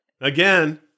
Again